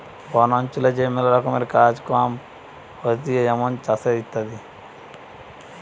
বন অঞ্চলে যে ম্যালা রকমের কাজ কম হতিছে যেমন চাষের ইত্যাদি